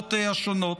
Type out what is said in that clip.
בוועדות השונות.